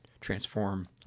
transform